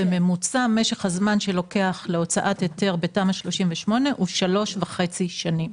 משך הזמן להוצאת היתר בתמ"א 38 הוא 3.5 שנים.